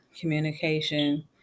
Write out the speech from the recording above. communication